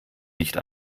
nicht